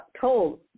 told